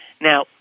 Now